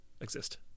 exist